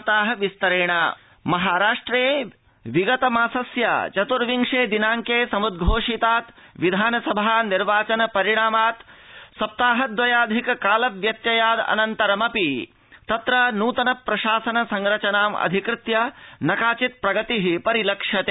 महाराष्ट्रम्प्रशासनसंरचना महाराष्ट्रे विगत मासस्य चतुर्विंशे दिनांके समुद्घोषिताद विधानसभा निर्वाचन परिणामात सप्ताह द्वयाधिककाल व्यत्ययाद अनन्तरमपि तत्र नूतन प्रशासन सरचनामधिकृत्य न काचित् प्रगतिः परिलक्ष्यते